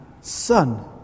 Son